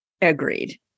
Agreed